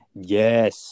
Yes